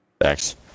Thanks